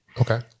Okay